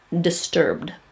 disturbed